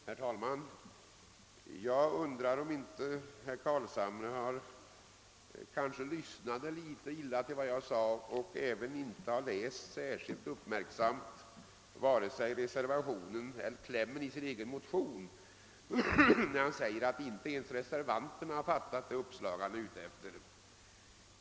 Herr talman! Jag undrar om inte herr Carlshamre lyssnade litet slarvigt till vad jag sade och kanske inte heller uppmärksamt har läst vare sig reservationen eller klämmen i sin egen motion när han säger att inte ens reservanterna har fattat vad han är ute efter.